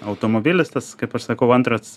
automobilis tas kaip aš sakau antras